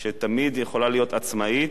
שתמיד יכולה להיות עצמאית,